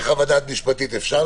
הצבעה ההסתייגות לא אושרה.